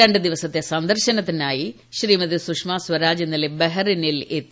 രണ്ട് ദിവസത്തെ സന്ദർശനത്തിനായി ശ്രീമതി സുഷമ സ്വരാജ് ഇന്നലെ ബെഹ്റിനിൽ എത്തി